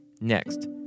Next